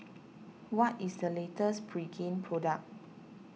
what is the latest Pregain product